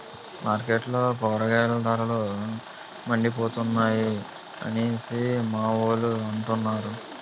మార్కెట్లో కూరగాయల ధరలు మండిపోతున్నాయి అనేసి మావోలు అంతన్నారు